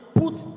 put